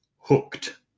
hooked